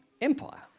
empire